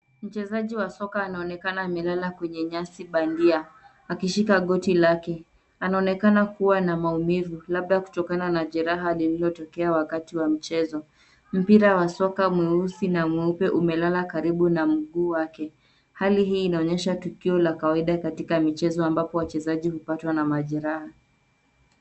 Mchezaji wa soka anaonekana amelala kwenye nyasi bandia akishika goti lake. Anaonekana kuwa na maumivu labda kutokana na jeraha lililotokea wakati wa mchezo. Mpira wa soka mweusi na mweupe umelala karibu na mguu wake. Hali hii inaonyesha tukio la kawaida katika michezo ambapo wachezaji hupatwa na majeraha.